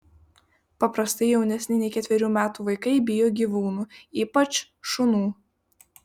paprastai jaunesni nei ketverių metų vaikai bijo gyvūnų ypač šunų